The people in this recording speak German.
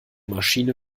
maschine